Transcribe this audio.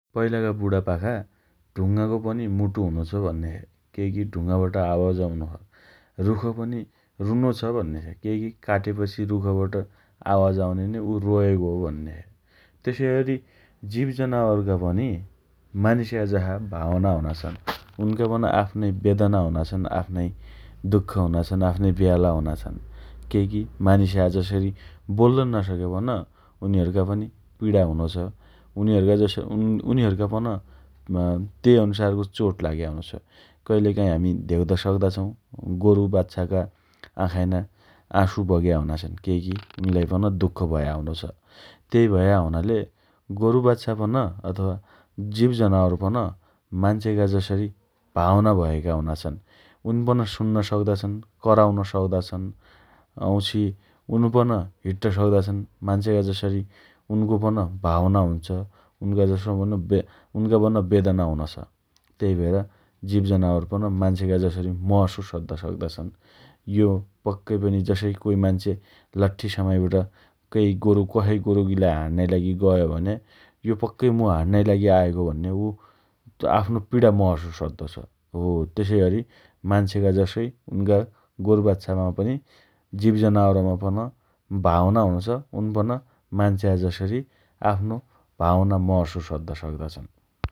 पहिलाका बुणापखा ढुंगाको पनि मुटु हुनो छ भन्ने छे । केही की ढुंगाबाट आवान आउनो छ । रुख पनि रुनो छ भन्ने छे । केइकी काटेपछि रुखबाट आवाज आउने न उ रोएको हो भन्नेछे । तेसैअरी जीव जनावरका पनि मानिसका जसा भावना हुना छन् । उनका पन आफ्नै बेदना हुना छन् । आफ्नै दुख हुना छन् । आफ्नाइ ब्याला हुना छन् । केइकी मानिसा जसरी बोल्ल नसक्या पन उनीहरूका पन पिडा हुनो छ । उनीहरुका जसो उन् उनीहरूका पन अँ त्यही अनुसारको चोट लाग्या हुनो छ । कहिलेकाहीँ हामी धेग्द सक्ता छौँ गोरु बाच्छाका आँखाइना आँसु बग्या हुना छन् । केइकी उनलाइ पन दुख भया हुनो छ । त्यही भया हुनाले गोरुबाच्छा पन अथवा जीव जनावर पन मान्छेका जसरी भावना भएका हुना छन् । उनपन सुन्न सक्दा छन् । कराउन सक्दा छन् । वाँउछि उनपन हिड्ड सक्दा छन् । मान्छेका जसरी उनको पन भावना हुन्छ । उन्का जसोपन उनका पन बेदना हुना छन् । त्यही भएर जीव जनावर पन मान्छेका जसरी महसुस अद्द सक्ता छन् । यो पक्कै पनि जसै कोही मान्छे लठ्ठि समाइबट केही गोरु कसै गोरुकी हाण्नाइ लागि गयो भने यो पक्कै मु हाण्नाइ लागि आएगो भन्ने उ त्यो आफ्नो पिडा महसुस अद्दो छ । हो तसैअरि मान्छेका जसै उन्का गोरु बाच्छामा जीव जनावरमा पन भावना हुनो छ । उन्पन मान्छ्या जसरी आफ्नो भावना महसुस अद्द सक्दा छन् ।